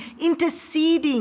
interceding